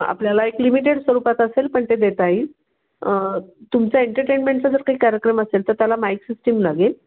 आपल्याला एक लिमिटेड स्वरूपात असेल पण ते देता येईल तुमचा एंटटेनमेंटचा जर काही कार्यक्रम असेल तर त्याला माईक सिस्टिम लागेल